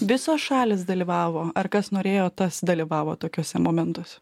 visos šalys dalyvavo ar kas norėjo tas dalyvavo tokiuose momentuose